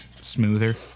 smoother